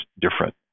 different